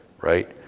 right